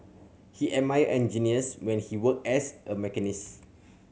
he admired engineers when he worked as a